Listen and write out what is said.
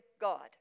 God